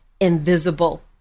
invisible